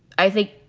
i think,